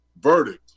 verdict